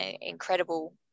incredible